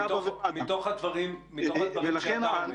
מתוך הדברים שאתה אומר,